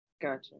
Gotcha